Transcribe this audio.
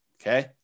Okay